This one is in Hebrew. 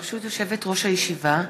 ברשות יושבת-ראש הישיבה,